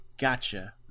gotcha